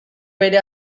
bere